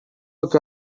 look